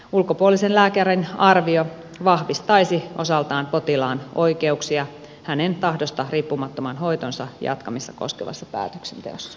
ulkopuolisen lääkärin arvio vahvistaisi osaltaan potilaan oikeuksia hänen tahdosta riippumattoman hoitonsa jatkamista koskevassa päätöksenteossa